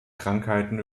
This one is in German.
krankheiten